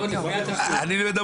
אתה אומר